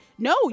No